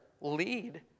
lead